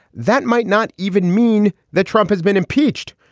that might not even mean that trump has been impeached.